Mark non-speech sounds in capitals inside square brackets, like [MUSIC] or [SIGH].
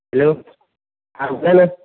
hello [UNINTELLIGIBLE]